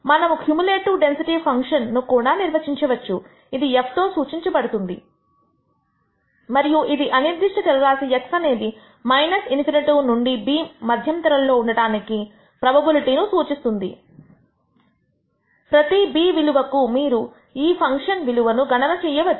మనము cumulative density function ను కూడా నిర్వచించవచ్చు ఇది F తో సూచించబడుతుంది మరియు ఇది అనిర్దిష్ట చరరాశి x అనేది ∞ నుండి b మద్యం తరంలో ఉండడానికి ప్రోబబిలిటీ ను సూచిస్తుంది ప్రతి b విలువకు మీరు ఈ ఫంక్షన్ విలువను గణన చేయవచ్చు